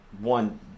one